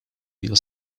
your